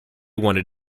wanted